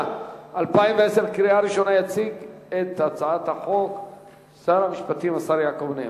עשרה בעד, אין מתנגדים, אין נמנעים.